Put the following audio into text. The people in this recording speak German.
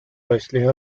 rechtliche